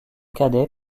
cadet